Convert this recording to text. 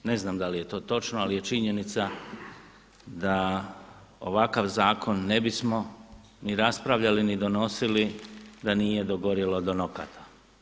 Ne znam da li je to točno ali je činjenica da ovakav zakon ne bismo ni raspravljali ni donosili da nije dogorjelo do nokata.